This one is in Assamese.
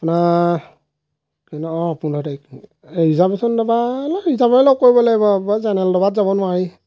আপোনাৰ ট্ৰেইনৰ অঁ পোন্ধৰ তাৰিখ এই ৰিজাৰ্ভেশ্যন দবা এই ৰিজাৰ্ভেই কৰিব লাগিব আৰু জেনেৰেল দবাত যাব নোৱাৰি